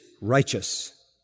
righteous